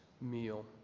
meal